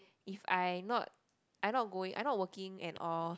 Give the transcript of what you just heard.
if I not I not going I not working and or